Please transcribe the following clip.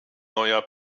neuer